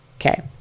Okay